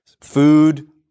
Food